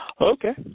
okay